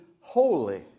holy